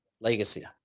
Legacy